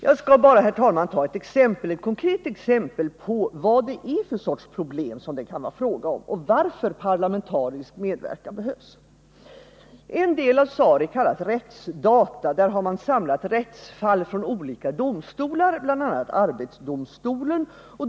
Jag skall bara ta ett konkret exempel på vad det är för slags problem det kan vara fråga om och varför parlamentarisk medverkan behövs. En del av SARI kallas RÄTTSDATA. Där har man samlat rättsfall från olika domstolar, bl.a. arbetsdomstolen.